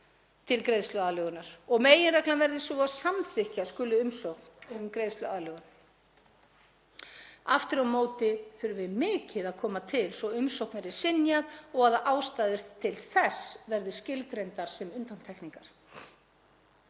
til greiðsluaðlögunar og að meginreglan verði sú að samþykkja skuli umsókn um greiðsluaðlögun. Aftur á móti þurfi mikið að koma til svo að umsókn verði synjað og að ástæður til þess verði skilgreindar sem undantekningar.